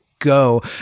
go